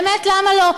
באמת למה לו.